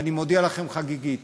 אני מודיע לכם חגיגית: